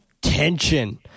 tension